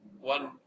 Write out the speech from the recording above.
one